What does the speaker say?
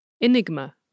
Enigma